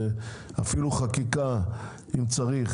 אפילו בחקיקה אם צריך,